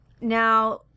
Now